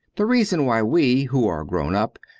the reason why we, who are grown up,